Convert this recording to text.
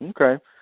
okay